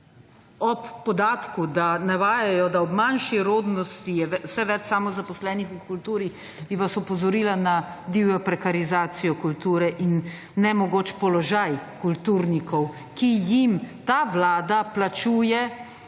ob podatku, da navajajo, da ob manjši rodnosti je vse več samozaposlenih v kulturi, bi vas opozorila na divjo prekarizacijo kulture in nemogoč položaj kulturnikov, ki jim ta Vlada plačuje,